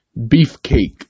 Beefcake